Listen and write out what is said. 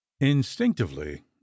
instinctively